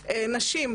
נשים,